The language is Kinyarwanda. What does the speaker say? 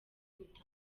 mpita